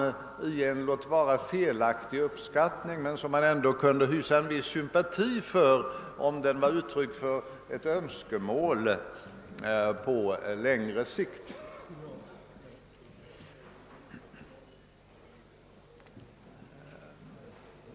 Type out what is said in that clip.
Låt vara att det är en felaktig uppskattning, men man kunde ändå hysa en viss sympati för den om den var ett uttryck för ett önskemål på längre sikt.